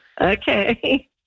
Okay